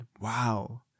Wow